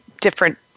different